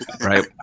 right